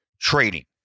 Trading